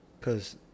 Cause